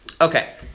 Okay